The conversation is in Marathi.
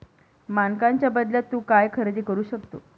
मानकांच्या बदल्यात तू काय खरेदी करू शकतो?